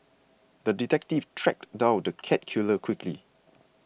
the detective tracked down the cat killer quickly